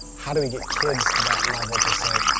how do we get kids to that level to say,